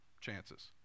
chances